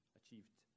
achieved